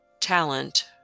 talent